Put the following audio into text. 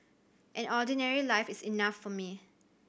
an ordinary life is enough for me